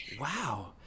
wow